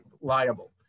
liable